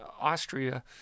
Austria